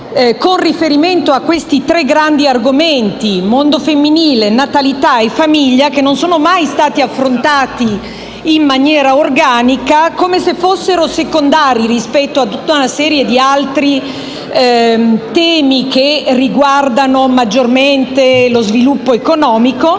con riferimento a questi tre grandi argomenti (mondo femminile, natalità e famiglia, che non sono mai stati affrontati in maniera organica, come se fossero secondari rispetto a tutta una serie di altri temi che riguardano maggiormente lo sviluppo economico)